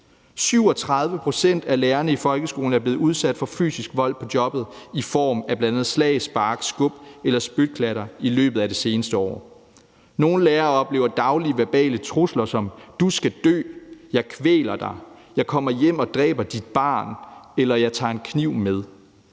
37 pct. af lærerne i folkeskolen er blevet udsat for fysisk vold på jobbet i form af bl.a. slag, spark, skub eller spytklatter i løbet af det seneste år. Nogle lærere oplever daglige verbale trusler som »du skal dø«, »jeg kvæler dig«, »jeg kommer hjem og dræber dit barn«, eller »jeg tager en kniv med«.